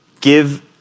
give